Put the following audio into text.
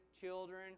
children